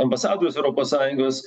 ambasados europos sąjungos